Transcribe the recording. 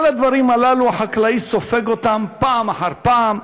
כל הדברים הללו, החקלאי סופג אותם פעם אחר פעם.